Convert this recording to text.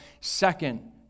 Second